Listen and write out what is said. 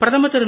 பிரதமர் திரு